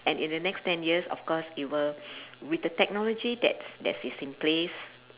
and in the next ten years of course it will with the technology that's that's is in place